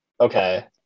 Okay